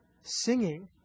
singing